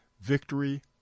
victory